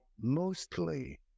mostly